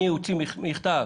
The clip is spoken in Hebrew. אני אוציא מכתב